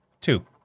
Two